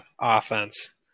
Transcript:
offense